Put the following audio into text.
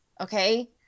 okay